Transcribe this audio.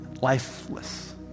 lifeless